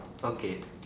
okay